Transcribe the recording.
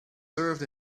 served